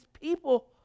people